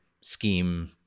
scheme